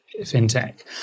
fintech